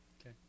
Okay